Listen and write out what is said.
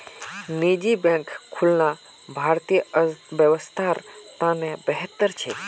निजी बैंक खुलना भारतीय अर्थव्यवस्थार त न बेहतर छेक